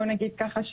בוא נגיד ככה,